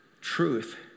truth